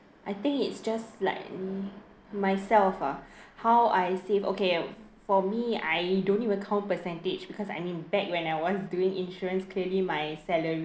I think it's just like me myself ah how I save okay for me I don't even count percentage because I mean back when I was doing insurance clearly my salary